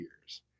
years